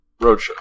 Roadshow